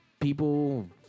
People